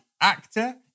actor